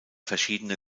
verschiedene